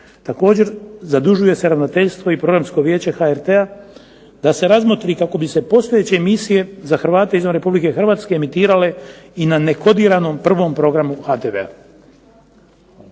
drugo: Zadužuje se ravnatelj i Programsko vijeće HRT-a da se postojeće emisije za Hrvate izvan Republike Hrvatske emitiraju i na nekodiranim 1. programu HRT-a.